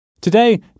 Today